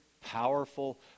powerful